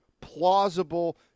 plausible